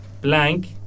Blank